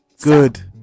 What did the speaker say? Good